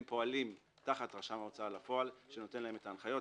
הם פועלים תחת רשם ההוצאה לפועל שנותן להם את ההנחיות.